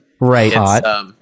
Right